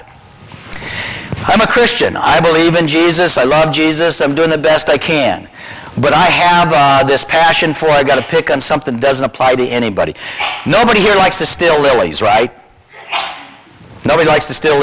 it i'm a christian i believe in jesus i love jesus i'm doing the best i can but i have this passion for i got to pick on something doesn't apply to anybody nobody here likes to still is right now i'd like to still